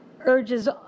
urges